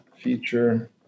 feature